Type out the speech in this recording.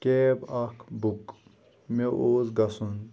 cab اَکھ بُک مےٚ اوس گژھُن